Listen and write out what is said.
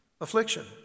affliction